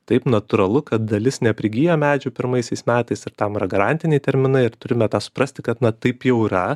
taip natūralu kad dalis neprigyja medžių pirmaisiais metais ir tam yra garantiniai terminai ir turime tą suprasti kad na taip jau yra